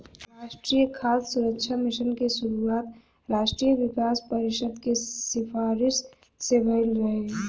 राष्ट्रीय खाद्य सुरक्षा मिशन के शुरुआत राष्ट्रीय विकास परिषद के सिफारिस से भइल रहे